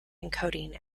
encoding